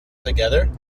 together